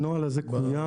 הנוהל הזה קוים.